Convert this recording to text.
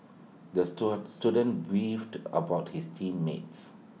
the stone student beefed about his team mates